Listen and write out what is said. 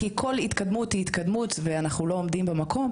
כי כל התקדמות היא התקדמות ואנחנו לא עומדים במקום,